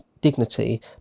dignity